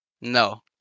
No